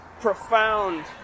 profound